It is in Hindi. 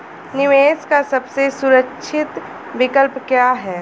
निवेश का सबसे सुरक्षित विकल्प क्या है?